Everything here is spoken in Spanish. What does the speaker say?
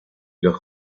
los